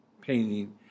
painting